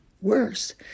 worse